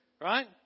Right